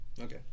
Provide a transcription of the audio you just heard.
Okay